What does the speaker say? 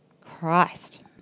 Christ